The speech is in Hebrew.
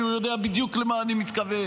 כי הוא יודע בדיוק למה אני מתכוון,